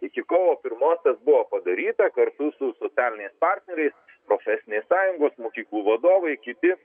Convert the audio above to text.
iki kovo pirmos tas buvo padaryta kartu su socialiniais partneriais profesinės sąjungos mokyklų vadovai kiti